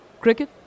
Cricket